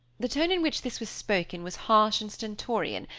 the tone in which this was spoken was harsh and stentorian,